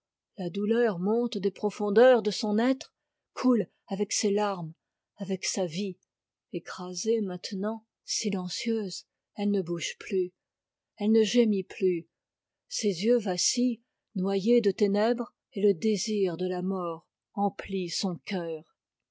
la douleur monte des profondeurs de son être coule avec ses larmes avec sa vie écrasée maintenant elle ne bouge plus ses yeux vacillent noyés de ténèbres et le désir de la mort emplit son cœur